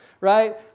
Right